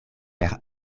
per